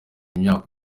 imyaka